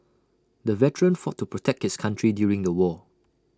the veteran fought to protect his country during the war